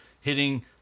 hitting